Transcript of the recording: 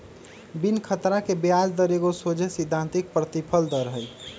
बिनु खतरा के ब्याज दर एगो सोझे सिद्धांतिक प्रतिफल दर हइ